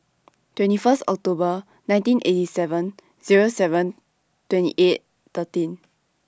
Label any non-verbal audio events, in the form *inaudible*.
twenty First October nineteen eighty seven *noise* Zero seven twenty eight thirteen